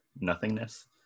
Nothingness